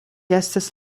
estas